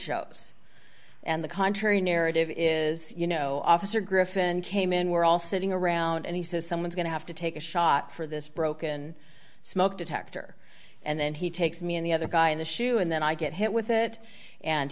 shows and the contrary narrative is you know officer griffin came in we're all sitting around and he says someone's going to have to take a shot for this broken smoke detector and then he takes me and the other guy in the shoe and then i get hit with it and